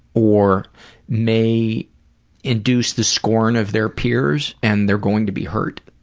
or may induce the scorn of their peers and they're going to be hurt?